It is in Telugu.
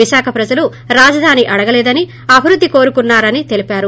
విశాఖ ప్రజలు రాజధాని అడగలేదని అభివృద్ది కోరుకున్నారని తెలిపారు